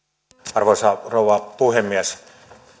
arvoisa rouva puhemies